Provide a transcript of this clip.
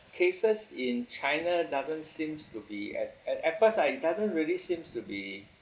cases in china doesn't seems to be at at at first I doesn't really seems to be